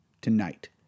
tonight